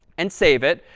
and save it.